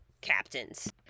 captains